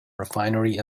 refinery